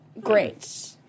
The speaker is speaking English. Great